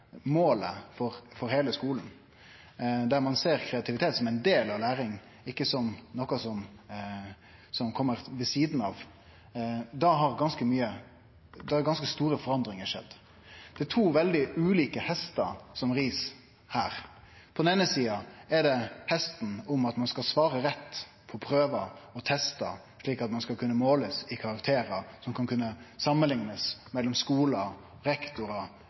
del av læringa, ikkje som noko som kjem ved sida av, må det ha skjedd ganske store forandringar. Det er to veldig ulike hestar som ein rir her. På den eine sida er det hesten der ein skal svare rett på prøvar og testar slik at ein skal bli målt i karakterar som skal kunne samanliknast – mellom skular, rektorar,